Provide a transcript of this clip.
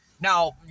now